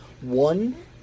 one